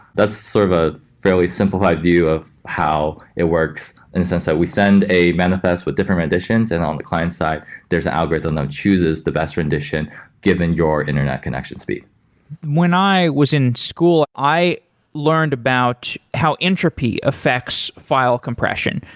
that's sort of a fairly simplified view of how it works in a sense that we send a manifest with different renditions, and on the client side there's an algorithm that chooses the best rendition given your internet connection speed when i was in school, i learned about how entropy affects file compression.